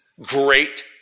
great